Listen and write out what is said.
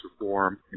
reform